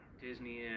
Disney